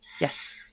Yes